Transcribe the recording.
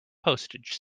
postage